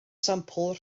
sampl